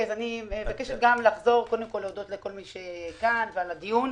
אני מבקשת גם לחזור ולהודות לכל מי שנמצא כאן ועל הדיון.